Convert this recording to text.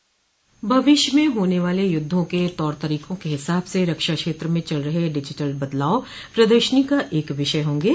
भविष्य में होने वाले युद्धों के तौर तरीकों के हिसाब से रक्षा क्षेत्र में चल रहे डिजिटल बदलाव प्रदर्शनी का एक विषय होंगे